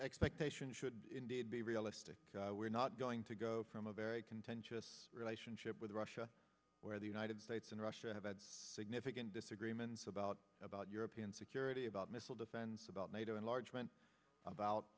expectation should indeed be realistic we're not going to go from a very contentious relationship with russia where the united states and russia have had significant disagreements about about european security about missile defense about nato enlargement about